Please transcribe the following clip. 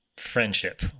friendship